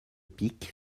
pique